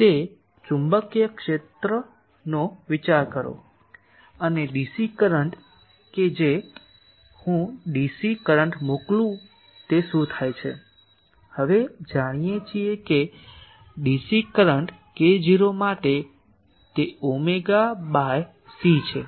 તે ચુંબકીય ક્ષેત્રનો વિચાર કરો અને ડીસી કરંટ કે જો હું ડીસી કરન્ટ મોકલું તો શું થાય છે આપણે જાણીએ છીએ કે ડીસી કરંટ k0 માટે તે ઓમેગા બાય c છે